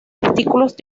artículos